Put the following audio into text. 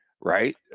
Right